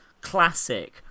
Classic